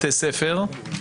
בתי ספר,